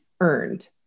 earned